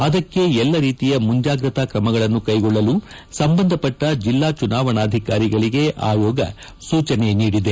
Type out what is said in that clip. ಆದಕ್ಕೆ ಎಲ್ಲ ರೀತಿಯ ಮುಂಜಾಗ್ರತಾ ಕ್ರಮಗಳನ್ನು ಕೈಗೊಳ್ಳಲು ಸಂಬಂಧಪಟ್ಟ ಜಿಲ್ಲಾ ಚುನಾವಣಾಧಿಕಾರಿಗಳಗೆ ಆಯೋಗ ಸೂಚನೆ ನೀಡಿದೆ